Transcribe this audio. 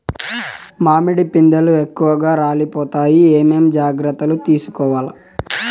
మామిడి పిందెలు ఎక్కువగా రాలిపోతాయి ఏమేం జాగ్రత్తలు తీసుకోవల్ల?